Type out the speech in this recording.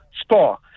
spa